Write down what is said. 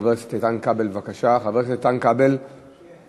חבר הכנסת איתן כבל, בבקשה.